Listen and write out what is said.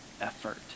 effort